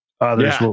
Others